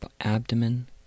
abdomen